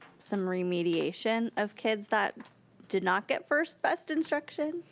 some remediation of kids that did not get first best instruction.